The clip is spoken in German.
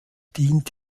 dient